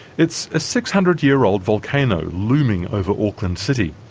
it's a six hundred year old volcano looming over auckland city.